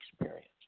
experience